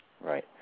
Right